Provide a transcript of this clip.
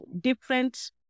different